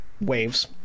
waves